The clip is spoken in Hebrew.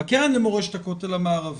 בקרן למורשת הכותל המערבי,